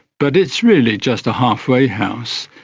but it's really just a halfway house,